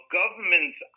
governments